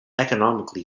economically